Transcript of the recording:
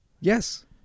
Yes